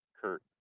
Kurt